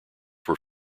were